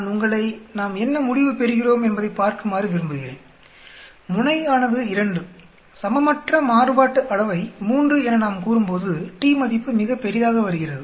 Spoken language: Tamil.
நான் உங்களை நாம் என்ன முடிவு பெறுகிறோம் என்பதை பார்க்குமாறு விரும்புகிறேன் முனை ஆனது 2 சமமற்ற மாறுபாட்டு அளவை 3 என நாம் கூறும்போது t மதிப்பு மிகப்பெரிதாக வருகிறது